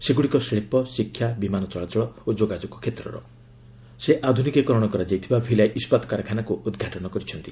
ସେଗୁଡିକ ଶିଳ୍ପ ଶିକ୍ଷା ବିମାନ ଚଳାଚଳ ଓ ଯୋଗାଯୋଗ କ୍ଷେତ୍ରର ସେ ଆଧୁନିକୀକରଣ କରାଯାଇଥିବା ଭିଲାଇ ର ଇସ୍କାତ କାରଖାନାକୁ ଉଦ୍ଘାଟନ କରିଛନ୍ତି